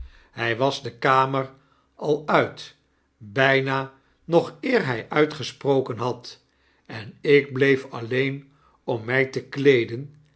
hy was de kamer al uit byna nog eer hij uitgesproken had en ik bleef alleen ommyte kieeden en